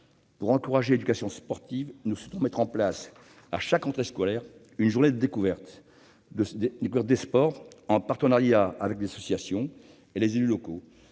Pour encourager l'éducation sportive, nous souhaitons mettre en place à chaque rentrée scolaire une journée de découverte des sports, en partenariat avec les associations et les élus locaux.